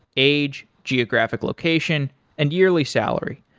age, geographic location and yearly salary.